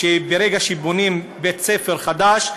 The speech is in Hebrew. שברגע שבונים בית ספר חדש,